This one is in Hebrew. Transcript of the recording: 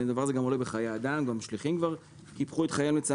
דבר הזה גם עולה בחיי אדם ולצערנו הרב גם שליחים קיפחו את חייהם.